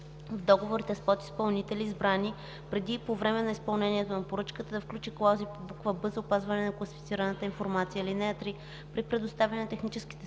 в договорите с подизпълнители, избрани преди и по време на изпълнението на поръчката, да включи клаузи по буква „б“ за опазване на класифицираната информация. (3) При предоставяне на техническите